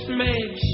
made